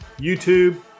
YouTube